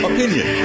Opinion